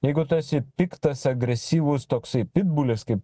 jeigu tu esi piktas agresyvus toksai pitbulis kaip